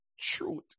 truth